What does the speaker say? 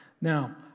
Now